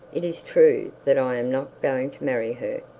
it is true that i am not going to marry her.